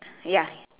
ya